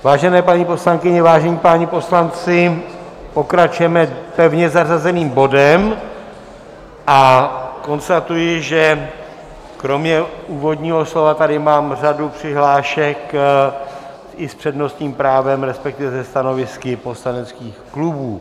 Vážené paní poslankyně, vážení páni poslanci, pokračujeme pevně zařazeným bodem a konstatuji, že kromě úvodního slova tady mám řadu přihlášek i s přednostním právem, respektive se stanovisky poslaneckých klubů.